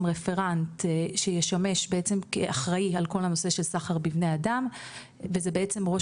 'רפרנס' שישמש בעצם כאחראי על כל הנושא של סחר בבני אדם וזה בעצם ראש